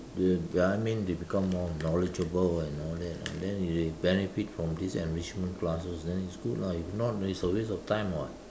them I mean they become more knowledgeable and all that ah then they benefit from these enrichment classes then it's good lah if not then it's a waste of time [what]